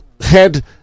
head